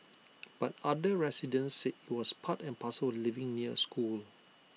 but other residents said IT was part and parcel of living near A school